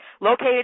located